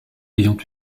ayant